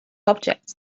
objects